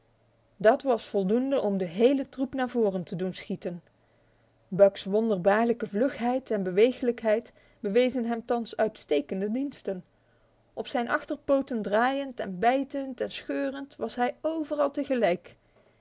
dat was voldoende om de hele troep naar voren te doen schieten buck's wonderbaarlijke vlugheid en beweeglijkheid bewezen hem thans uitstekende diensten op zijn achterpoten draaiend en bijtend en scheurend was hij overal tegelijk